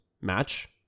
match